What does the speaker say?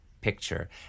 picture